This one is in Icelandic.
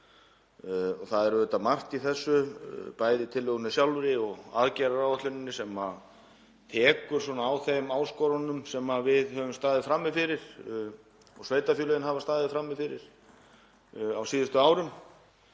Það er auðvitað margt í þessu, bæði í tillögunni sjálfri og aðgerðaáætluninni, sem tekur á þeim áskorunum sem við höfum staðið frammi fyrir og sveitarfélögin hafa staðið frammi fyrir á síðustu árum.